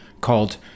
called